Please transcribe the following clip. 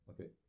okay